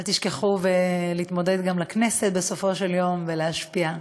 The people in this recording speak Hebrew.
אל תשכחו להתמודד גם לכנסת בסופו של יום ולהשפיע.